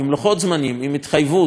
עם התחייבות שהיא ישימה,